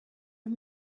and